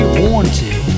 wanted